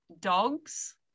dogs